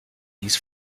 dies